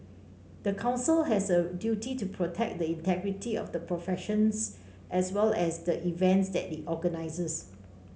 the Council has a duty to protect the integrity of the professions as well as the events that it organises